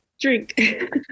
drink